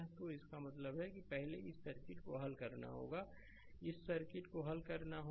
तो इसका मतलब है पहले इस सर्किट को हल करना होगा इस सर्किट को हल करना होगा